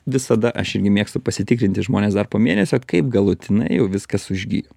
visada aš irgi mėgstu pasitikrinti žmones dar po mėnesio kaip galutinai jau viskas užgijo